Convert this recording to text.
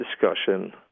discussion